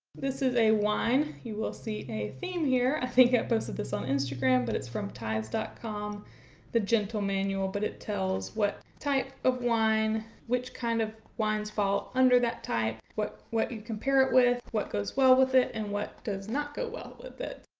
this is a wine. you will see a theme here. i think i posted this on instagram but it's from ties dot com the gentlemanual but it tells what type of wine which kind of wines fall under that type what what you compare it with, what goes well with it, and what does not go well with it.